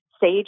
sage